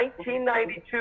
1992